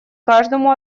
каждому